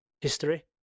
history